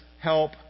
help